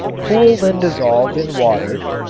cooled and dissolved in water,